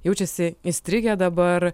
jaučiasi įstrigę dabar